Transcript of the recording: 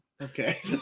Okay